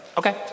Okay